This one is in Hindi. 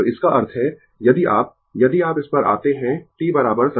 तो इसका अर्थ है यदि आप यदि आप इस पर आते है t संधारित्र के शॉर्ट सर्किटिंग एक्शन पर